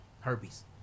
herpes